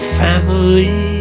family